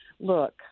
look